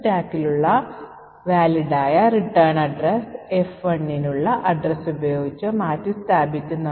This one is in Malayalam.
സ്റ്റാക്കിലേക്ക് പുഷ് ചെയ്ത മുമ്പത്തെ frame pointer scan function execute ചെയ്യുമ്പോൾ ഫ്രെയിം മാറ്റാൻ പ്രാപ്തമാക്കും